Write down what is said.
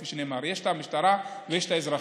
כפי שנאמר: יש את המשטרה ויש את האזרחים.